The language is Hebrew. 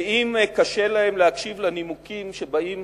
ואם קשה להם להקשיב לנימוקים שבאים